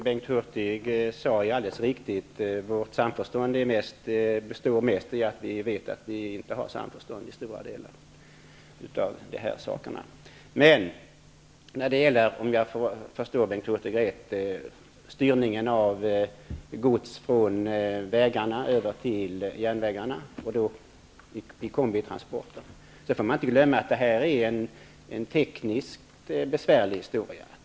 Herr talman! Det sista som Bengt Hurtig sade är alldeles riktigt, nämligen att vårt samförstånd mest består i att vi vet att det i stora delar i dessa sammanhang inte råder samförstånd oss emellan. Bengt Hurtig talade om styrningen av gods från väg över till järnväg i kombitransporter. Men man får inte glömma att detta är tekniskt besvärligt.